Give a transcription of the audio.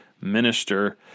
minister